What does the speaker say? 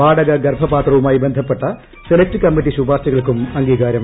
വാടക ഗർഭപാത്രവുമായി ബന്ധപ്പെട്ട സെലക്ട് കമ്മിറ്റി ശുപാർശകൾക്കും അംഗീകാരം